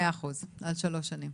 מאה אחוז, על שלוש שנים.